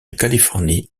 californie